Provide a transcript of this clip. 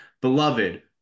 beloved